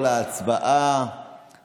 חברת הכנסת אפרת רייטן מרום,